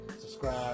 subscribe